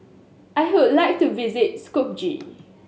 I would like to visit Skopje